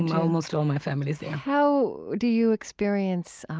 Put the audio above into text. almost all my family is there how do you experience